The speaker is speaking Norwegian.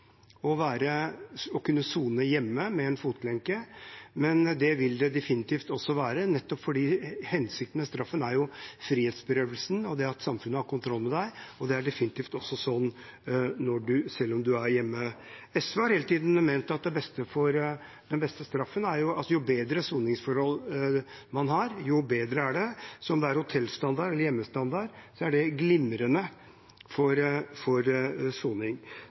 å kunne sone hjemme med en fotlenke. Det vil det definitivt også være, nettopp fordi hensikten med straffen jo er frihetsberøvelsen og det at samfunnet har kontroll på deg, og det er definitivt også sånn selv om du er hjemme. SV har hele tiden ment at jo bedre soningsforhold man har, jo bedre er det. Så om det er hotellstandard eller hjemmestandard, er det glimrende for soning.